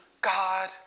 God